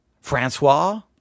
Francois